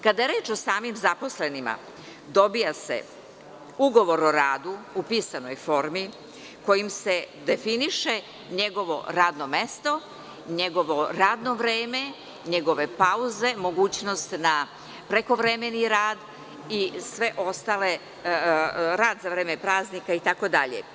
Kada je reč o samim zaposlenima, dobija se ugovor o radu u pisanoj formi kojim se definiše njegovo radno mesto, njegovo radno vreme, pauze, mogućnost na prekovremeni rad i sve ostale, rad za vreme praznika itd.